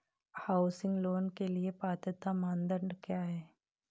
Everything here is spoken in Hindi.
हाउसिंग लोंन के लिए पात्रता मानदंड क्या हैं?